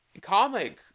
comic